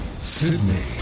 Sydney